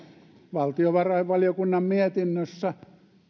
valtiovarainvaliokunnan mietinnössä